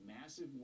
massive